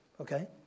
okay